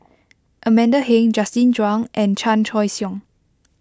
Amanda Heng Justin Zhuang and Chan Choy Siong